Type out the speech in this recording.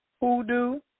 hoodoo